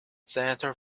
senator